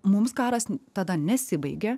mums karas tada nesibaigė